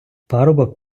парубок